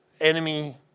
enemy